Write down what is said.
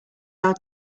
how